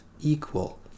equal